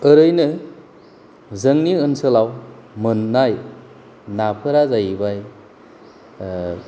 ओरैनो जोंनि ओनसोलाव मोननाय नाफोरा जाहैबाय